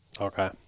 okay